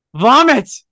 vomit